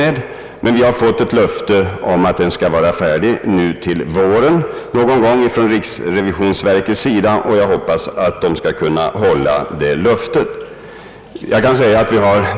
Riksrevisionsverket har lovat att den skall vara färdig till våren 1968, och jag hoppas att man kan hålla det löftet.